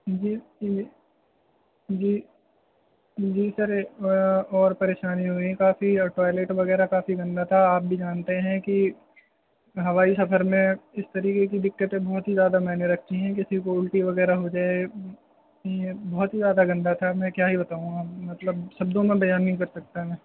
جی جی جی جی سر اور پریشانی ہوئی ہیں کافی اور ٹوائلٹ وغیرہ کافی گندہ تھا آپ بھی جانتے ہیں کہ ہوائی سفر میں اس طریقے کی دقتیں بہت ہی زیادہ معانی رکھتی ہیں کسی کو الٹی وغیرہ ہو جائے بہت ہی زیادہ گندہ تھا میں کیا ہی بتاؤں مطلب شبدوں میں بیان نہیں کر سکتا میں